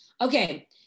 Okay